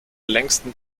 längsten